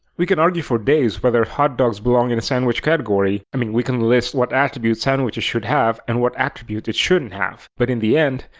we can argue for days whether hotdogs belong in sandwich category, i mean we can list what attributes sandwiches should have and what attributes it shouldn't have, but in the end,